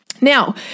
Now